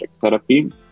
therapy